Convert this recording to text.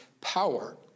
power